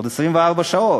עוד 24 שעות,